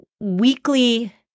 weekly